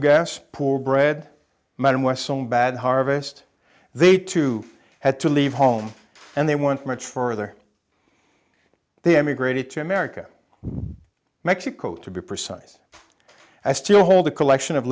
gas poor bread men were some bad harvest they too had to leave home and they went much further they emigrated to america mexico to be precise i still hold a collection of